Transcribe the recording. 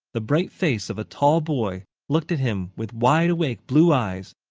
the bright face of a tall boy looked at him with wide-awake blue eyes,